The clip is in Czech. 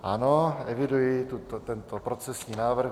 Ano, eviduji tento procesní návrh.